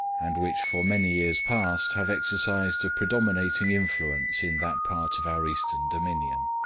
and which for many years past have exercised a predominating influence in that part of our eastern dominion.